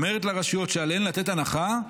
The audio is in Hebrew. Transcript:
אומרת לרשויות שעליהן לתת הנחה,